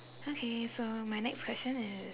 okay so my next question is